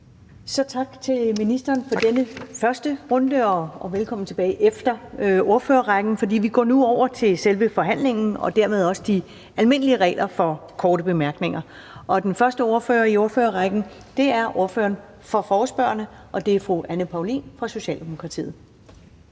Tak til ministeren for den første runde, og velkommen tilbage efter ordførerrækken. For vi går nu over til selve forhandlingen og dermed også de almindelige regler for korte bemærkninger. Og den første ordfører i ordførerrækken er ordføreren for forespørgerne, og det er fru Anne Paulin fra Socialdemokratiet.